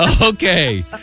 okay